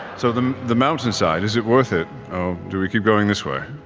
so the the mountainside, is it worth it? or do we keep going this way?